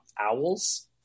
owls